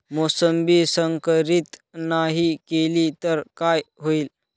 मोसंबी संकरित नाही केली तर काय होईल?